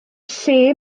lle